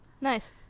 Nice